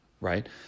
right